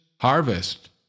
harvest